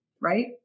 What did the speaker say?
Right